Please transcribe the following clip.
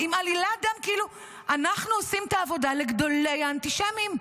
אנחנו עושים את העבודה לגדולי האנטישמים.